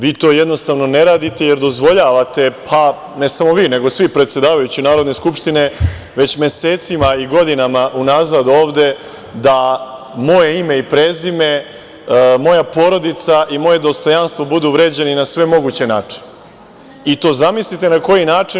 Vi to jednostavno ne radite, jer dozvoljavate, ne samo vi, nego svi predsedavajući Narodne skupštine već mesecima i godinama unazad ovde da moje ime i prezime, moja porodica i moje dostojanstvo budu vređani na sve moguće načine i to zamislite na koji način.